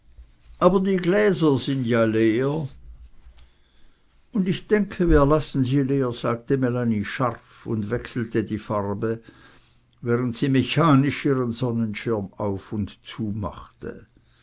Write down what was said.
aber die gläser sind ja leer und ich denke wir lassen sie leer sagte melanie scharf und wechselte die farbe während sie mechanisch ihren sonnenschirm auf und